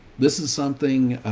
this is something,